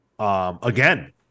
Again